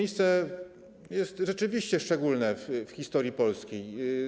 Jest ono rzeczywiście szczególne w historii Polski.